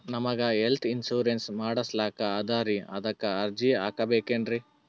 ನಮಗ health insurance ಮಾಡಸ್ಲಾಕ ಅದರಿ ಅದಕ್ಕ ಅರ್ಜಿ ಹಾಕಬಕೇನ್ರಿ?